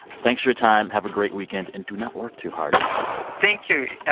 thanks for your time. have a great weekend, and do not work too hard thank you.